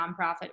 nonprofit